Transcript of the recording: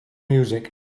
music